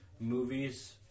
movies